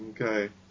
Okay